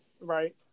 Right